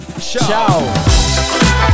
Ciao